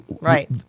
right